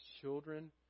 children